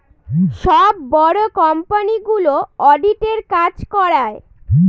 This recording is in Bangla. সব বড়ো কোম্পানিগুলো অডিটের কাজ করায়